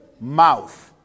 mouth